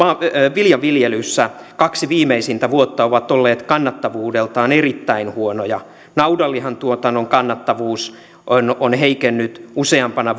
viljanviljelyssä kaksi viimeisintä vuotta ovat olleet kannattavuudeltaan erittäin huonoja naudanlihan tuotannon kannattavuus on on heikennyt useampana